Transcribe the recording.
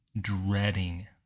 dreading